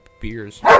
beers